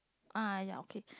uh ya okay